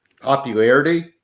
popularity